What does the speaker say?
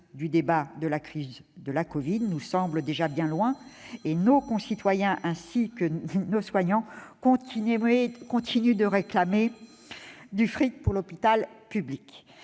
du débat sur la crise de la Covid-19 semble déjà bien loin ; nos concitoyens et les soignants continuent de réclamer « du fric pour l'hôpital public